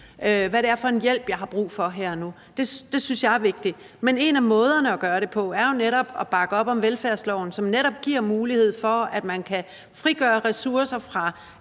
hvad det er for en hjælp, de har brug for her og nu. Det synes jeg er vigtigt. Men en af måderne at gøre det på er jo at bakke op om velfærdsloven, som netop giver mulighed for, at man kan frigøre ressourcer fra